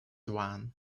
one